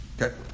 Okay